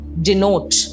denote